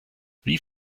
wie